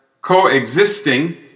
coexisting